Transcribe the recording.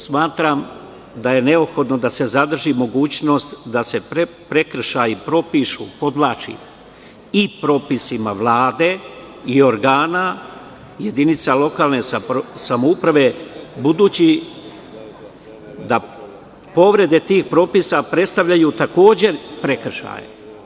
Smatram da je neophodno da se zadrži mogućnost da se prekršaji propišu, podvlačim, i propisima Vlade i organa jedinica lokalne samouprave, budući da povrede tih propisa predstavljaju takođe prekršaje.